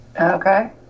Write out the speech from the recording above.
Okay